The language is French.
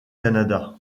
canada